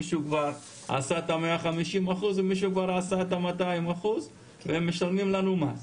מישהו כבר עשה את ה-150% ומישהו כבר עשה את ה-200% והם משלמים לנו מס.